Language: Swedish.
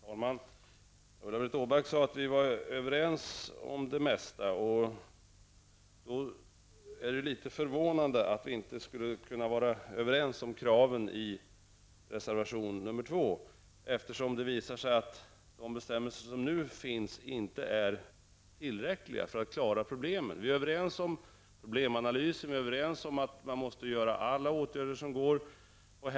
Herr talman! Ulla-Britt Åbark sade att vi är överens om det mesta. Då är det litet förvånande att vi inte skulle kunna vara överens om kraven i reservation 2, eftersom det visar sig att de bestämmelser som nu finns inte är tillräckliga för att klara problemen. Vi är övernes om problemanalysen. Vi är överens om att man måste vidta alla åtgärder som går att vidta.